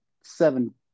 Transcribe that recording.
seven